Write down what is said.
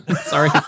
Sorry